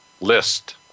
list